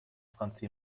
franzi